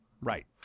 Right